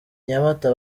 nyamata